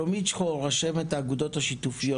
שלומית שיחור רשמת האגודות השיתופיות